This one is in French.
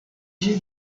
jeux